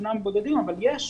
אמנם בודדים אבל יש,